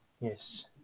Yes